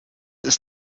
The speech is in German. ist